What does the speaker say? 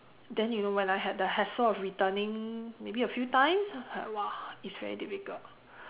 then you know when I had the hassle of returning maybe a few times like !wah! it's very difficult